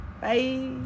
bye